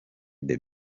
the